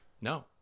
No